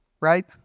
Right